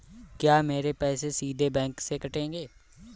क्या मेरे पैसे सीधे बैंक से कटेंगे?